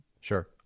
Sure